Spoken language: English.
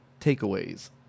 takeaways